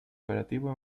operativo